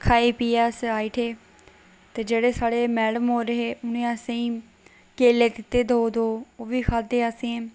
खाई पियै अस आई उठी ते जेहड़े साढ़े मैडम होर हे उ'नें असें गी केल्ले दित्ते दो दो ओह् बी खाद्धे असें